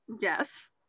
yes